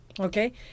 Okay